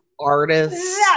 artists